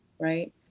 right